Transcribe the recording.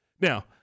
Now